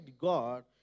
God